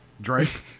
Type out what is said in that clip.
Drake